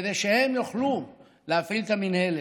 כדי שהם יוכלו להפעיל את המינהלת.